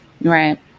Right